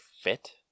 fit